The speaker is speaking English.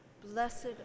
Blessed